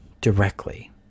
directly